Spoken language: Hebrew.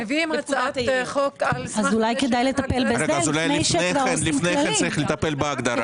אז מביאים הצעת חוק על סמך זה --- אז אולי לפני כן צריך לטפל בהגדרה.